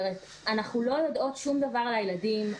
אנחנו לא יודעות שום דבר על הילדים,